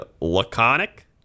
laconic